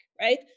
right